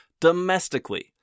Domestically